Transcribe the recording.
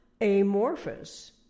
amorphous